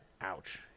Ouch